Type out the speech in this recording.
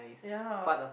ya